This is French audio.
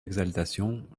exaltation